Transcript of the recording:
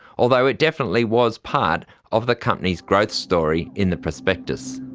although it definitely was part of the company's growth story in the prospectus.